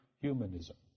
Humanism